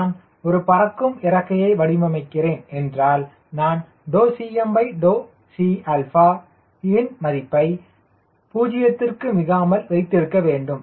நான் ஒரு பறக்கும் இறக்கையை வடிவமைக்கிறேன் என்றால் நான் CmCa ன் மதிப்பை 0 மிகாமல் வைத்திருக்க வேண்டும்